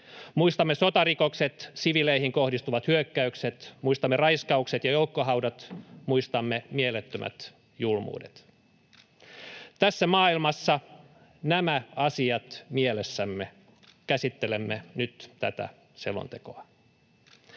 Muistamme sotarikokset, siviileihin kohdistuvat hyökkäykset, muistamme raiskaukset ja joukkohaudat, muistamme mielettömät julmuudet. Tässä maailmassa, nämä asiat mielessämme, käsittelemme nyt tätä selontekoa.